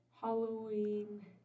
Halloween